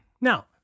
now